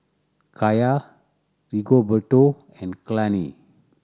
Kaya Rigoberto and Kalene